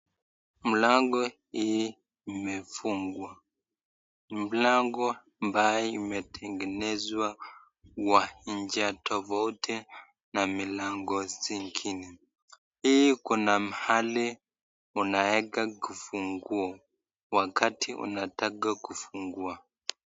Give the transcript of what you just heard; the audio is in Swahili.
Mlango hii imefungwa, mlango ambayo imetengenezwa kwa njia tofauti na milango zingine hii kuna mahali unaweka kifunguo wakati unataka kufungua.